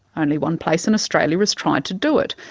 only one place in australia has tried to do it,